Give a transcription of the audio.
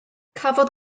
cafodd